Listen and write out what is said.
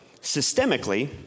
systemically